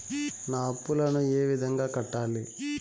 నా అప్పులను ఏ విధంగా కట్టాలి?